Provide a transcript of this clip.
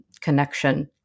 connection